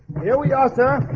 here we are sir,